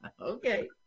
Okay